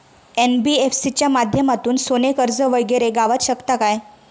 NBFC च्या माध्यमातून सोने कर्ज वगैरे गावात शकता काय?